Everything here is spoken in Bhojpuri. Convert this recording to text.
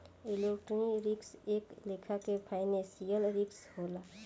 लिक्विडिटी रिस्क एक लेखा के फाइनेंशियल रिस्क होला